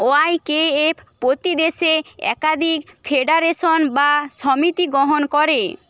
YKF প্রতি দেশে একাধিক ফেডারেশন বা সমিতি গ্রহণ করে